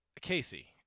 Casey